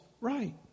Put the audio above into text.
right